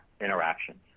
interactions